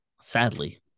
sadly